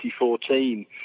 2014